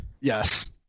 Yes